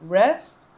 rest